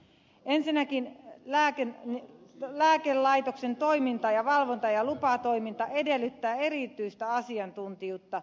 ensinnäkin lääkelaitoksen toiminta ja valvonta ja lupatoiminta edellyttävät erityistä asiantuntijuutta